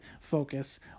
Focus